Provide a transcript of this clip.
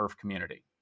community